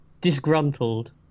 Disgruntled